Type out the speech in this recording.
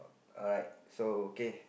alright so okay